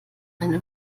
eine